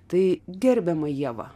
tai gerbiama ieva